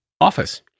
office